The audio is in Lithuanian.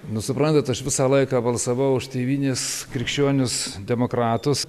nu suprantat aš visą laiką balsavau už tėvynės krikščionis demokratus